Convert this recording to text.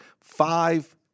five